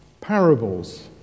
Parables